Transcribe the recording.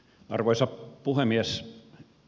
arvoisa puhemies